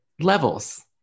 levels